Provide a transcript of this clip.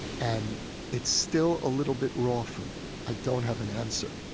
and it's still a little bit raw for me. i don't have an answer,